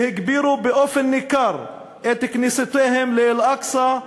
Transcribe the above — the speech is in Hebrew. שהגבירו באופן ניכר את כניסותיהם לאל-אקצא,